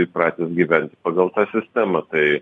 įpratęs gyventi pagal tą sistemą tai